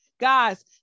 Guys